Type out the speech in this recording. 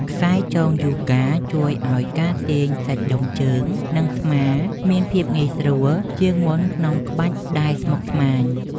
ខ្សែចងយូហ្គា ជួយឱ្យការទាញសាច់ដុំជើង និងស្មាមានភាពងាយស្រួលជាងមុនក្នុងក្បាច់ដែលស្មុគស្មាញ។